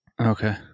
Okay